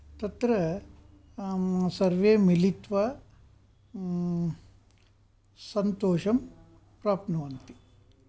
तत्र सर्वेमिलित्वा सन्तोषं प्राप्नुवन्ति